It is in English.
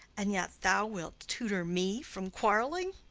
and yet thou wilt tutor me from quarrelling!